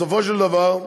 בסופו של דבר,